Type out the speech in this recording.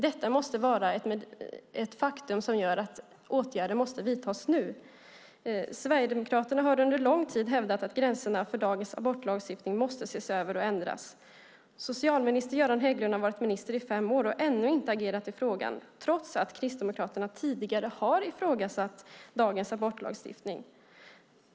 Detta måste vara ett faktum som gör att åtgärder vidtas nu . Sverigedemokraterna har under lång tid hävdat att gränserna för dagens abortlagstiftning måste ses över och ändras. Socialminister Göran Hägglund har varit minister i fem år och ännu inte agerat i frågan trots att Kristdemokraterna tidigare har ifrågasatt dagens abortlagstiftning.